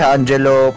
Angelo